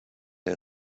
der